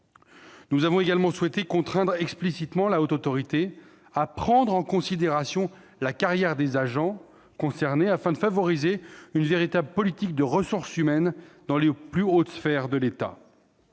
Nous avons également souhaité contraindre explicitement la HATVP à prendre en considération la carrière des agents concernés, afin de favoriser une véritable politique de ressources humaines dans les plus hautes sphères de l'État.